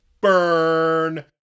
Burn